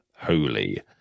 holy